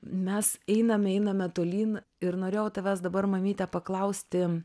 mes einame einame tolyn ir norėjau tavęs dabar mamyte paklausti